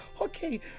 okay